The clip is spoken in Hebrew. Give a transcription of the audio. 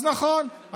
אז נכון,